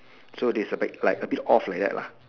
so this is the bag like a bit off like that